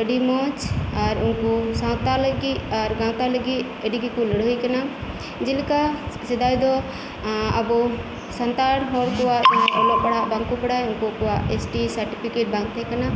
ᱟᱹᱰᱤ ᱢᱚᱡ ᱟᱨ ᱩᱱᱠᱩ ᱥᱟᱶᱛᱟ ᱞᱟᱹᱜᱤᱫ ᱟᱨ ᱜᱟᱶᱛᱟ ᱞᱟᱹᱜᱤᱫ ᱟᱹᱰᱤ ᱜᱮᱠᱩ ᱞᱟᱹᱲᱦᱟᱹᱭ ᱠᱟᱱᱟ ᱡᱮᱞᱮᱠᱟ ᱥᱮᱫᱟᱭ ᱫᱚ ᱟᱵᱩ ᱥᱟᱱᱛᱟᱲ ᱦᱚᱲᱠᱩ ᱚᱞᱚᱜ ᱯᱟᱲᱦᱟᱜ ᱵᱟᱝᱠᱩ ᱵᱟᱲᱟᱭ ᱩᱱᱠᱩᱣᱟᱜ ᱮᱥᱴᱤ ᱥᱟᱴᱤᱠᱤᱯᱤᱠᱮᱴ ᱵᱟᱝ ᱛᱟᱦᱮᱸ ᱠᱟᱱᱟ